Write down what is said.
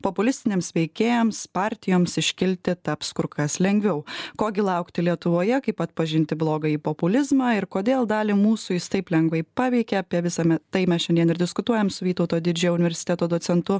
populistiniams veikėjams partijoms iškilti taps kur kas lengviau ko gi laukti lietuvoje kaip atpažinti blogąjį populizmą ir kodėl dalį mūsų jis taip lengvai paveikia apie visa tai mes šiandien ir diskutuojam su vytauto didžiojo universiteto docentu